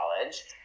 college